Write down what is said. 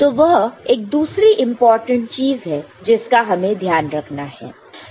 तो वह एक दूसरी इंपॉर्टेंट चीज है जिसका हमें ध्यान रखना है